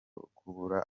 kubura